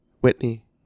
Whitney